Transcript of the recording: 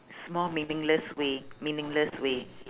small meaningless way meaningless way